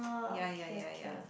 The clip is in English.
ya ya ya ya